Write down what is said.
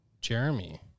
Jeremy